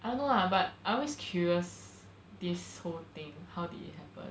I don't know lah but I always curious this whole thing how did it happen